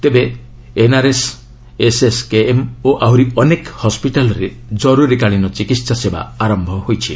ତେବେ NRS SSKM ଓ ଆହୁରି ଅନେକ ହସ୍କିଟାଲ୍ରେ ଜରୁରିକାଳୀନ ଚିକିତ୍ସା ସେବା ଆରମ୍ଭ ହୋଇଛି